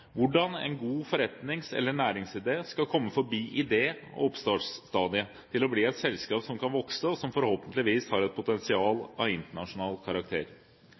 hvordan en god forretnings- eller næringsidé kan komme forbi idé- og oppstartstadiet og bli et selskap som kan vokse, og forhåpentligvis ha et potensial av internasjonal karakter.